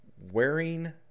wearing